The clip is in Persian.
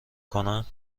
کنم